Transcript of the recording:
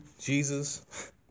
Jesus